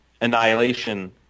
Annihilation